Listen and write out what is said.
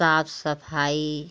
साफ सफाई